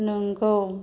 नोंगौ